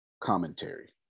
Commentary